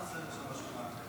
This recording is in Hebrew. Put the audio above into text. את